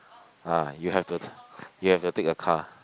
ah you have to you have to take a car